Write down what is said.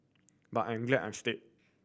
but I'm glad I'm stayed